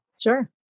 Sure